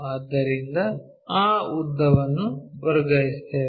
ಆದ್ದರಿಂದ ಆ ಉದ್ದವನ್ನು ವರ್ಗಾಯಿಸುತ್ತೇವೆ